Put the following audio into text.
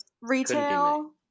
retail